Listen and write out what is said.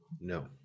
No